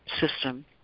system